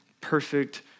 perfect